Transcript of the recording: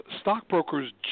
stockbrokers